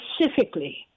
Specifically